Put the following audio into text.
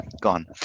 gone